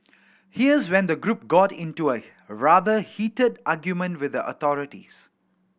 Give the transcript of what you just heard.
here's when the group got into a rather heated argument with the authorities